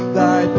thy